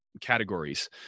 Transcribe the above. categories